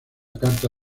carta